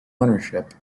ownership